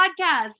podcast